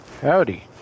Howdy